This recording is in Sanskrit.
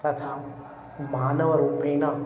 तथा मानवरूपेण